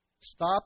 Stop